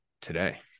today